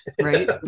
Right